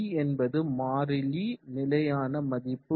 d என்பது மாறிலி நிலையான மதிப்பு